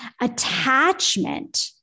attachment